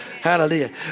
Hallelujah